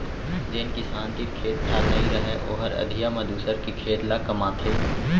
जेन किसान तीर खेत खार नइ रहय ओहर अधिया म दूसर के खेत ल कमाथे